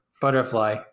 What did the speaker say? Butterfly